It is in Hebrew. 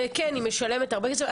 וכן, היא משלמת הרבה כסף.